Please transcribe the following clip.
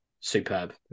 superb